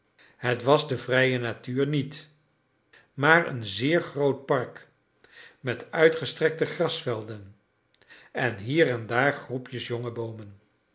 het was de vrije natuur niet maar een zeer groot park met uitgestrekte grasvelden en hier en daar groepjes jonge boomen